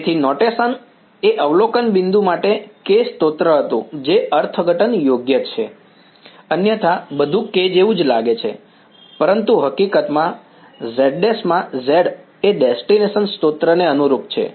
તેથી નોટેશન એ અવલોકન બિંદુ માટે K સ્ત્રોત હતું જે અર્થઘટન યોગ્ય છે અન્યથા બધું K જેવું લાગે છે પરંતુ હકીકતમાં z′ માં z એ ડેસ્ટીનેશન સ્ત્રોતને અનુરૂપ છે